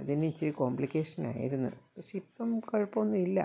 അതിനിച്ചിരി കോംബ്ലിക്കേഷനായിരുന്നു പക്ഷേ ഇപ്പം കുഴപ്പമൊന്നുമില്ല